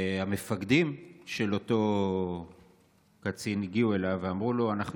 המפקדים של אותו קצין הגיעו אליו ואמרו לו: אנחנו